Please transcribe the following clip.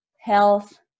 health